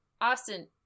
Austin